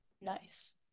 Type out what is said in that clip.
Nice